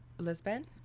Lisbon